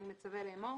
על סדר-היום: